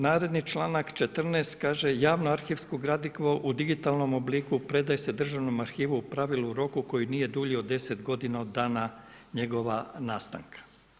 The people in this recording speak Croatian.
Naredni članaka 14. kaže, javno arhivsko gradivo u digitalnom obliku predaje se državnom arhivu u pravilu u roku koji nije dulji od 10 godina od dana njegova nastanka.